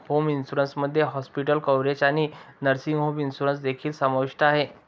home insurance मध्ये hospital coverage आणि nursing home insurance देखील समाविष्ट आहे